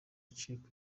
wacitse